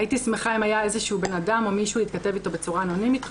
"הייתי שמחה אם היה איזשהו בן אדם או מישהו להתכתב בצורה אנונימית רק